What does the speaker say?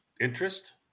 interest